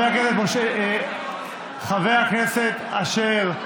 חבר הכנסת אשר.